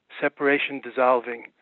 separation-dissolving